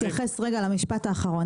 אני רוצה להתייחס רגע למשפט האחרון.